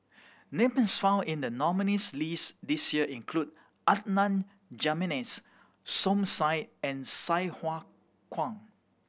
names found in the nominees' list this year include Adan Jimenez Som Said and Sai Hua Kuan